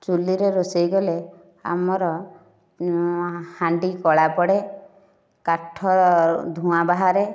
ଚୂଲିରେ ରୋଷେଇ କଲେ ଆମର ହାଣ୍ଡି କଳା ପଡ଼େ କାଠ ଧୂଆଁ ବାହାରେ